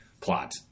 Plot